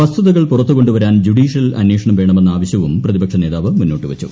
വസ്തുതകൾ പുറത്തുകൊണ്ടു വരാൻ ജുഡീഷ്യൽ അന്വേഷണം വേണമെന്ന ആവശ്യവും പ്രതിപക്ഷ നേതാവ് മുന്നോട്ടു വച്ചു